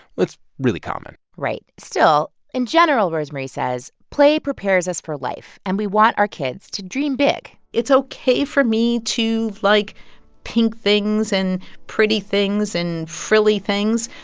it's really common right. still, in general, rosemarie says, play prepares us for life. and we want our kids to dream big it's ok for me to like pink things and pretty things and frilly things.